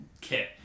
kit